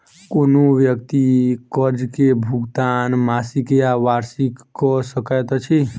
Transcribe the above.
कोनो व्यक्ति कर्ज के भुगतान मासिक या वार्षिक कअ सकैत अछि